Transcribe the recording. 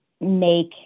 make